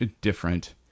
different